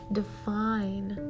define